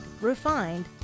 refined